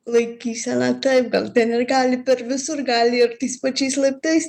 laikyseną taip gal ten ir gali per visur gali ir tais pačiais laiptais